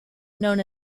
known